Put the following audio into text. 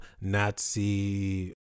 nazi